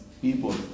people